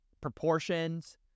proportions